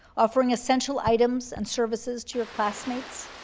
offering essential items and services to your classmates,